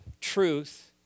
truth